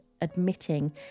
admitting